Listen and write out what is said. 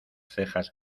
cejas